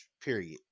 period